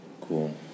Cool